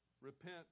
repent